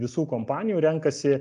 visų kompanijų renkasi